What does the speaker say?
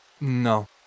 No